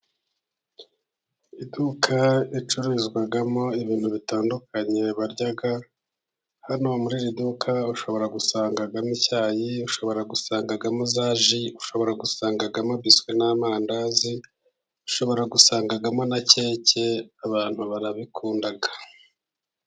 Iduka ricururizwamo ibintu bitandukanye barya, hano muri iri duka ushobora gusangamo icyayi, ushobora gusangamo za ji, ushobora gusangamo biswi n'amandazi, ushobora gusangamo na keke, abantu barabikunda.